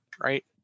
right